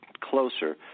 closer